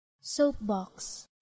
Soapbox